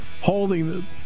holding